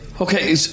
Okay